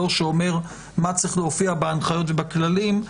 שאומר מה צריך להופיע בהנחיות ובכללים.